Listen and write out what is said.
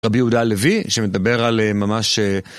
רבי יהודה הלוי שמדבר על ממש...